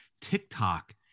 TikTok